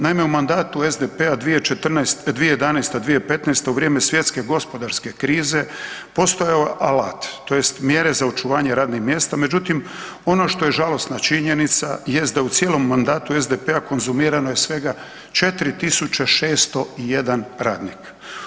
Naime u mandatu SDP-a 2014.-te, 2011.-2015. u vrijeme svjetske gospodarske krize postojao je alat tj. mjere za očuvanje radnih mjesta međutim ono što je žalosna činjenica jest da u cijelom mandatu SDP-a konzumirano je svega 4.601 radnik.